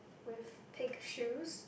with pink shoes